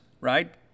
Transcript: right